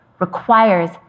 requires